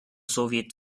soviet